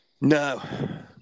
No